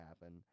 happen